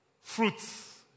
fruits